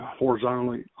horizontally